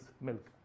milk